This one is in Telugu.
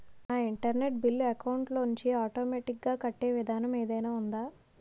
నా ఇంటర్నెట్ బిల్లు అకౌంట్ లోంచి ఆటోమేటిక్ గా కట్టే విధానం ఏదైనా ఉందా?